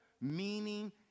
meaning